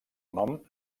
nom